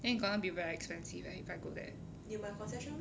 then it gonna be very expensive leh if I go there